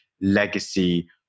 legacy